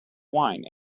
wine